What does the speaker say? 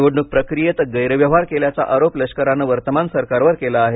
निवडणूक प्रक्रियेत गैरव्यवहार केल्याचा आरोप लष्करानं वर्तमान सरकारवर केला आहे